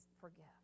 forgive